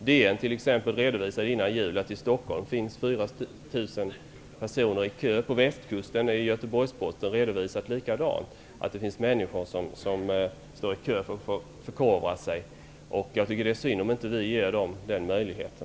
DN redovisade t.ex. före jul att 4 000 personer står i kö i Stockholm. Göteborgs-Posten har redovisat att det på Västkusten finns människor som står i kö för att få förkovra sig. Jag tycker att det är synd om inte vi ger dem den möjligheten.